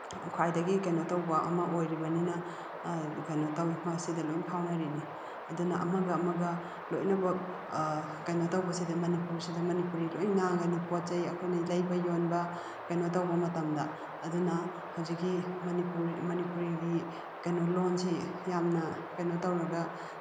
ꯈ꯭ꯋꯥꯏꯗꯒꯤ ꯀꯩꯅꯣ ꯇꯧꯕ ꯑꯃ ꯑꯣꯏꯔꯤꯕꯅꯤꯅ ꯀꯩꯅꯣ ꯇꯧꯋꯤ ꯃꯁꯤꯗ ꯂꯣꯏꯅ ꯐꯥꯎꯅꯔꯤꯅꯤ ꯑꯗꯨꯅ ꯑꯃꯒ ꯑꯃꯒ ꯂꯣꯏꯅꯃꯛ ꯀꯩꯅꯣ ꯇꯧꯕꯁꯤꯗ ꯃꯅꯤꯄꯨꯔꯁꯤꯗ ꯃꯅꯤꯄꯨꯔꯤ ꯂꯣꯏ ꯉꯥꯡꯒꯅꯤ ꯄꯣꯠ ꯆꯩ ꯑꯩꯈꯣꯏꯅ ꯂꯩꯕ ꯌꯣꯟꯕ ꯀꯩꯅꯣ ꯇꯧꯕ ꯃꯇꯝꯗ ꯑꯗꯨꯅ ꯍꯧꯖꯤꯛꯀꯤ ꯃꯅꯤꯄꯨꯔ ꯃꯅꯤꯄꯨꯔꯤꯒꯤ ꯀꯩꯅꯣ ꯂꯣꯟꯁꯦ ꯌꯥꯝꯅ ꯀꯩꯅꯣ ꯇꯧꯔꯒ